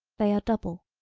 they are double.